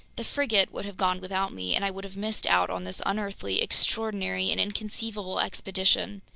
the frigate would have gone without me, and i would have missed out on this unearthly, extraordinary, and inconceivable expedition,